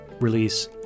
release